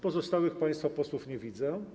Pozostałych państwa posłów nie widzę.